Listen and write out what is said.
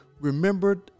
remembered